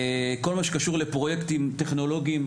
כל מה שקשור לפרויקטים טכנולוגיים,